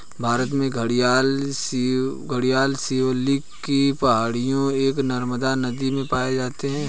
भारत में घड़ियाल शिवालिक की पहाड़ियां एवं नर्मदा नदी में पाए जाते हैं